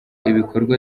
ibikorwa